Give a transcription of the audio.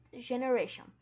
generation